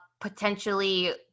potentially –